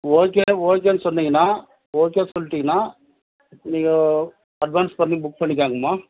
okay ஓகேன்னு சொன்னீங்கன்னால் okay சொல்ட்டீங்கன்னால் நீங்கள் அட்வான்ஸ் பண்ணி புக் பண்ணிக்கங்கம்மா